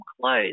clothes